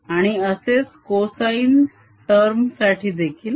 आणि असेच cosine term साठी देखील